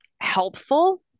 helpful